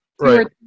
right